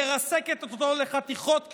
מרסקת אותו לחתיכות קטנות,